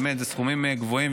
אלה סכומים גבוהים,